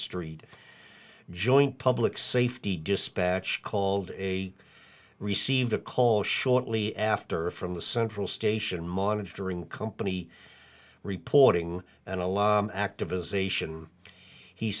street joint public safety dispatch called a receive a call shortly after a from the central station monitoring company reporting and a lot of activists ation he